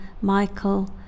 Michael